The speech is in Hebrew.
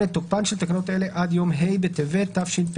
8. תוקפן של תקנות אלה עד יום ה' בטבת התשפ"ב